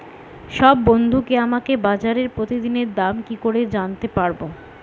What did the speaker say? সব বন্ধুকে আমাকে বাজারের প্রতিদিনের দাম কি করে জানাতে পারবো?